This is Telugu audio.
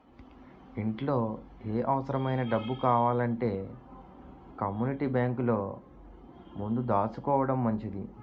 ఇంట్లో ఏ అవుసరమైన డబ్బు కావాలంటే కమ్మూనిటీ బేంకులో ముందు దాసుకోడం మంచిది